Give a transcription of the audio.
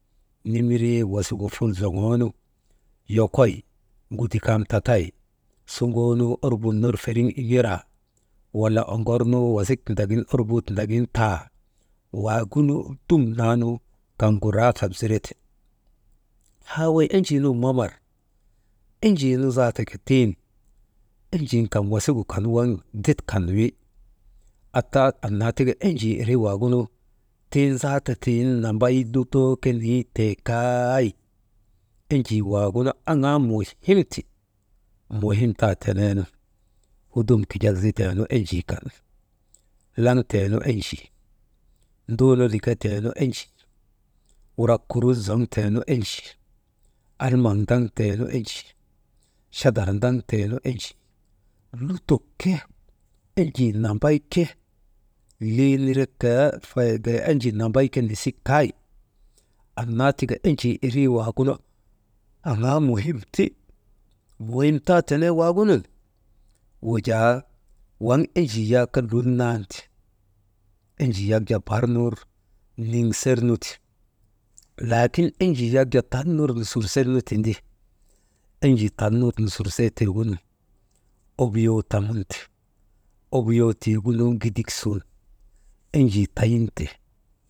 Nimiree wasigu ful zoŋoonu yokoy ŋudikam tatay suŋoonu orbun ner feriŋ iŋeraa wala oŋornu orbuu tindagin wasik tindagin taa waagunu dumnaanu kaŋgu raakap zirete, haa wey enjii nun mamar enjii nu zaate ke tiŋ enjin kan wasigu kan waŋ dit kan wi ataa annaa tik aenjii irii waagunu tiŋ zaate tiŋ nambay lutoo niitee kay enjii waagunu aŋaa muhimti, muhim taa teneenu hudum kijak ziteenu enjii kan, laŋtee nu enjii, nduunu liketee nu enjii, wurak kurut zoŋtee nu enjii almaŋ ndaŋtee nu enjii, chadar ndaŋtee nu enjii lutok ke enjii nambay ke «hesitation» nisik kay annaa tika enjii irii waagunu aŋaa muhimti, muhim taa tenee nun wujaa waŋ enjii yak lul nan ti, enjii yak jaa bar ner niŋsernu ti laakin enjii yak jaa tal ner nusur sernu tindi, enjii tal ner nusursee tiigu nu obuyoo tamun te, obiyoo tiigunu gidik sun enjii tamun te.